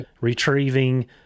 retrieving